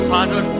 Father